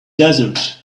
desert